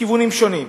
כיוונים שונים.